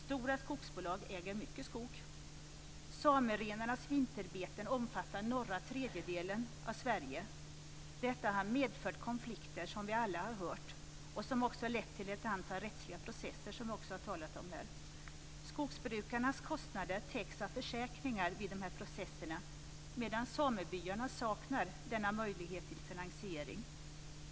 Stora skogsbolag äger mycket skog. Samerenarnas vinterbeten omfattar norra tredjedelen av Sverige. Detta har medfört konflikter som vi alla har hört om. Det har också lett till ett antal rättsliga processer som vi också har talat om här. Skogsbrukarnas kostnader täcks av försäkringar i de här processerna medan samebyarna saknar denna möjlighet till finansiering.